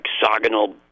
hexagonal